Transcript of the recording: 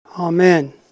Amen